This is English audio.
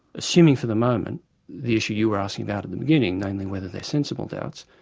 assuming for the moment the issue you were asking about in the beginning, namely whether they're sensible doubts,